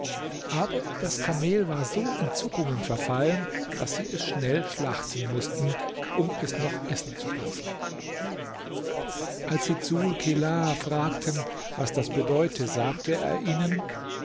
aber das kamel war so in zuckungen verfallen daß sie es schnell schlachten mußten um es noch essen zu dürfen als sie dsul kelaa fragten was das bedeute sagte er ihnen